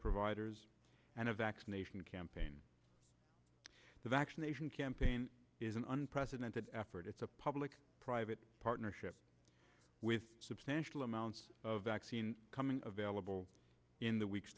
providers and a vaccination campaign the vaccination campaign is an unprecedented effort it's a public private partnership with substantial amounts of vaccine coming available in the weeks